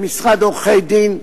במשרד עורכי-דין,